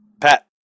Pat